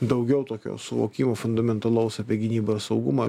daugiau tokio suvokimo fundamentalaus apie gynybą ir saugumą